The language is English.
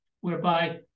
whereby